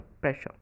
pressure